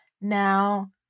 Now